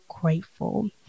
grateful